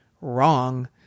wrong